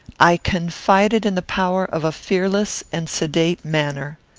i confided in the power of a fearless and sedate manner.